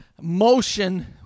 motion